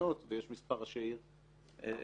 המקומיות ויש מספר ראשי עיר שנבחרו.